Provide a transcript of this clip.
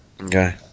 Okay